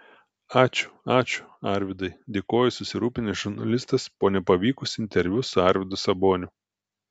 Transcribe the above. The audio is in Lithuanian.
ačiū ačiū arvydai dėkojo susirūpinęs žurnalistas po nepavykusio interviu su arvydu saboniu